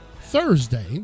Thursday